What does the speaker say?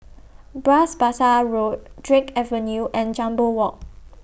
Bras Basah Road Drake Avenue and Jambol Walk